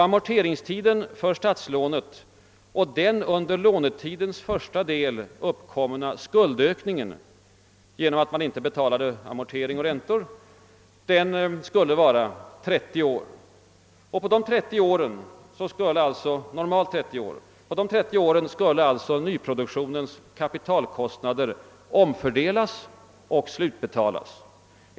Amorteringstiden för statslånet och den under lånetidens första del uppkomna skuldökningen — genom att man inte betalar amortering och räntor — skulle normalt vara 30 år. På dessa 30 år skall nyproduktionens kapitalkostnader omfördelas och slutbetalas.